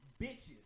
bitches